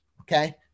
Okay